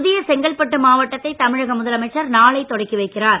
புதிய செங்கல்பட்டு மாவட்டத்தை தமிழக முதலமைச்சர் நாளை தொடக்கி வைக்கிறார்